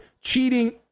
Cheating